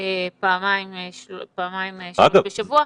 פעמיים-שלוש בשבוע.